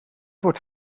wordt